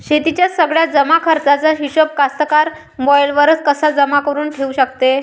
शेतीच्या सगळ्या जमाखर्चाचा हिशोब कास्तकार मोबाईलवर कसा जमा करुन ठेऊ शकते?